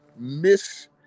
miss